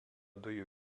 dujų